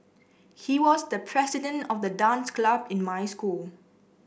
he was the president of the dance club in my school